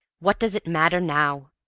what does it matter now?